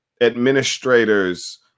administrators